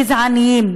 גזעניים.